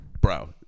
Bro